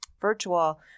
virtual